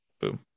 boom